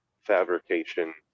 fabrication